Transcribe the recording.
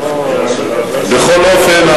בכל אופן,